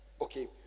Okay